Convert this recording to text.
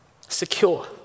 Secure